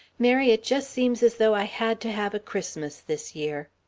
mary, it just seems as though i had to have a christmas this year!